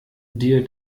dir